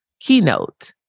Keynote